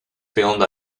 filmed